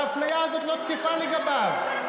האפליה הזאת לא תקפה לגביו.